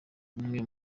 umwe